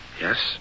Yes